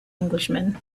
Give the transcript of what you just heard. englishman